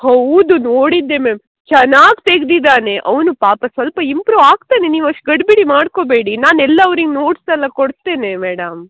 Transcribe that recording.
ಹೌದು ನೋಡಿದ್ದೆ ಮ್ಯಾಮ್ ಚೆನ್ನಾಗ್ ತೆಗ್ದಿದಾನೆ ಅವನು ಪಾಪ ಸ್ವಲ್ಪ ಇಂಪ್ರು ಆಗ್ತಾನೆ ನೀವು ಅಷ್ಟು ಗಡಿಬಿಡಿ ಮಾಡ್ಕೊಬೇಡಿ ನಾನು ಎಲ್ಲ ಅವ್ನಿಗೆ ನೋಟ್ಸ್ ಎಲ್ಲ ಕೊಡ್ತೇನೆ ಮೇಡಮ್